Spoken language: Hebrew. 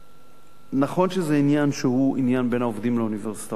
נכון שזה עניין שהוא עניין בין העובדים לאוניברסיטאות,